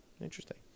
Interesting